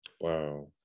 Wow